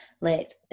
let